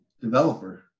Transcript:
developer